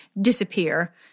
disappear